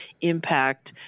impact